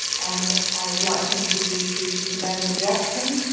and i'd like to introduce you to samantha jackson,